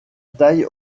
taille